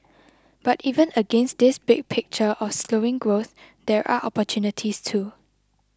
but even against this big picture of slowing growth there are opportunities too